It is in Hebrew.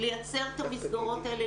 לייצר את המסגרות האלה,